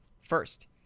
First